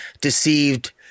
deceived